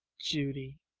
judy